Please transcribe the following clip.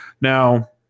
Now